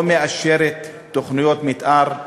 לא מאשרת תוכניות מתאר,